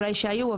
שאולי היו.